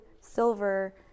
silver